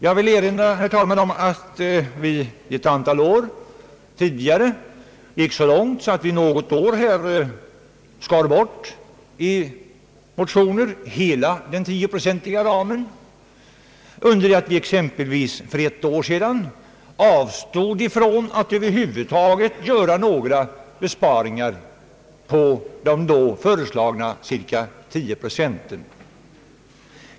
Jag vill erinra om att vi några år tidigare gick så långt att vi i motioner skar bort hela den tioprocentiga ramen, under det att vi för exempelvis ett år sedan avstod från att över huvud taget föreslå några besparingar på de då föreslagna cirka 10 procenten.